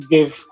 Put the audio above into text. Give